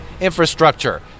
infrastructure